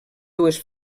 dues